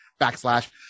backslash